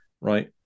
right